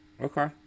Okay